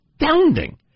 astounding